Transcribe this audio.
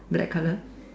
black colour